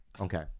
Okay